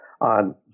on